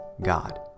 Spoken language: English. God